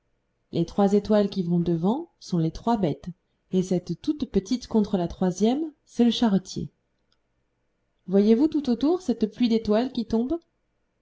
les trois étoiles qui vont devant sont les trois bêtes et cette toute petite contre la troisième c'est le charretier voyez-vous tout autour cette pluie d'étoiles qui tombent